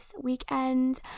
weekend